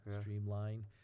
Streamline